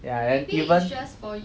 ya even